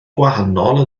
gwahanol